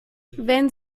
wenn